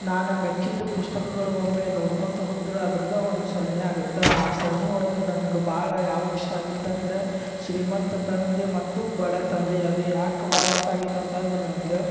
ನಾನು ಮೆಚ್ಚಿದ ಪುಸ್ತಕಗಳು ಒಮ್ಮೆ ನೋಡ್ಕೊತಾ ಹೋದ್ರೆ ಅದ್ರದ್ದು ಒಂದು ಸರಣಿ ಆಗತ್ತೆ ಆ ಸರಣೆ ಒಳಗೆ ನನ್ಗೆ ಭಾಳ ಯಾವ್ದು ಇಷ್ಟ ಆಗಿತ್ತಂದ್ರೆ ಶ್ರೀಮಂತ ತಂದೆ ಮತ್ತು ಬಡ ತಂದೆ ಅದೆ ಯಾಕೆ ಭಾಳ ಇಷ್ಟ ಆಗೈತಿ ಅಂತಂದ್ರೆ ನನ್ಗೆ